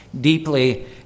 deeply